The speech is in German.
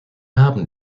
haben